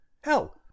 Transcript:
Hell